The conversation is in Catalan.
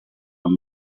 amb